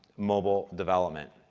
mobile development.